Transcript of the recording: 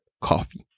Coffee